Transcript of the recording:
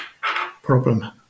Problem